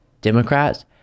Democrats